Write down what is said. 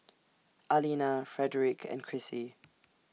Alina Frederic and Crissy